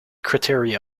criteria